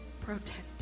protect